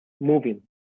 moving